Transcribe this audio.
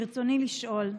ברצוני לשאול: